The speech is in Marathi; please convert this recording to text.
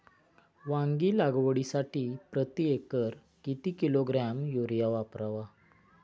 वांगी लागवडीसाठी प्रती एकर किती किलोग्रॅम युरिया वापरावा?